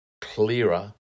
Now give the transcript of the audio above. clearer